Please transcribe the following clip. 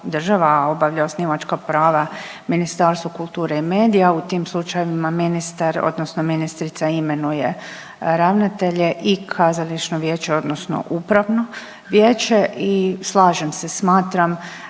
država, a obavlja osnivačka prava Ministarstvo kulture i medija u tim slučajevima ministar odnosno ministrica imenuje ravnatelje i kazališno vijeće odnosno upravno vijeće. I slažem se, smatram